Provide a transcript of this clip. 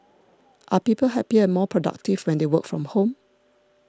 are people happier and more productive when they work from home